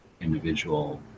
individual